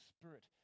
spirit